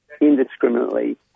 indiscriminately